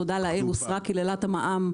תודה לאל, הוסרה קללת המע"מ.